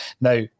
Now